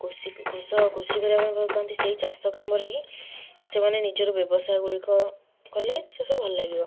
କୃଷି କୃଷକ କୃଷି କରିବା ପାଇଁ ଭଲପାଆନ୍ତି ସେଇ ଚାଷ କାମରେ ହିଁ ସେମାନେ ନିଜର ବ୍ୟବସାୟଗୁଡ଼ିକ କଲେ ସେ ସବୁ ଭଲ ଲାଗିବ